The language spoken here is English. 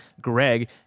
greg